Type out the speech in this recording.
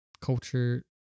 culture